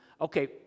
Okay